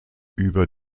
über